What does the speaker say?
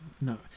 no